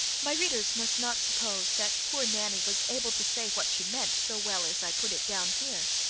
my readers must not suppose that poor nanny was able to say what she meant so well as i put it down here.